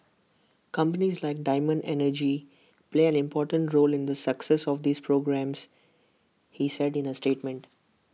companies like diamond energy play an important role in the success of these programmes he said in A statement